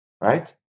Right